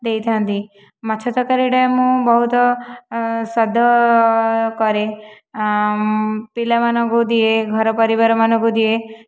ଦେଇଥାନ୍ତି ମାଛ ତରକାରୀଟା ମୁଁ ବହୁତ ସ୍ୱାଦ କରେ ପିଲାମାନଙ୍କୁ ଦିଏ ଘର ପରିବାରମାନଙ୍କୁ ଦିଏ